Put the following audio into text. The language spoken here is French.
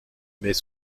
mais